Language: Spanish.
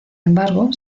embargo